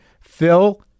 Phil